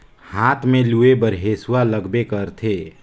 हाथ में लूए बर हेसुवा लगबे करथे